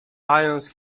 ions